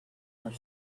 were